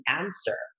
answer